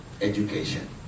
education